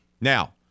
Now